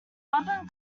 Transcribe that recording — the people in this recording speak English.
album